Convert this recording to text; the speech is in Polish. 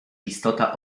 istota